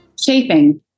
Shaping